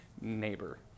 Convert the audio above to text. neighbor